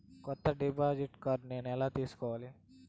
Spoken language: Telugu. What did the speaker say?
కొత్త డెబిట్ కార్డ్ నేను ఎలా తీసుకోవాలి?